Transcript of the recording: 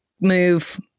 move